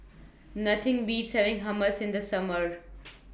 Nothing Beats having Hummus in The Summer